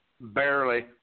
Barely